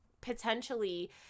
potentially